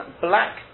black